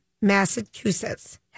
Massachusetts